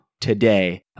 today